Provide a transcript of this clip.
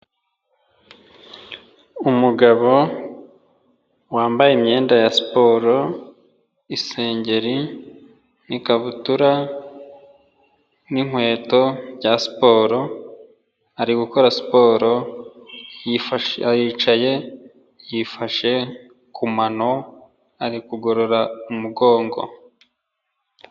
Umugabo wambaye imyenda ya siporo, isengeri n'ikabutura n'inkweto bya siporo, ari gukora siporo yicaye yifashe ku manano ari kugorora umugongo.